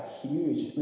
huge